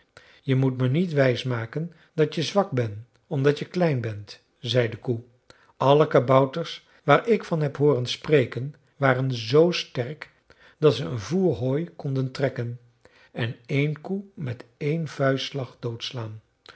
je moet me niet wijsmaken dat je zwak ben omdat je klein bent zei de koe alle kabouters waar ik van heb hooren spreken waren zoo sterk dat ze een voer hooi konden trekken en een koe met één vuistslag doodslaan